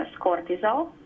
cortisol